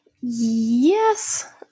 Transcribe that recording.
Yes